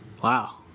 Wow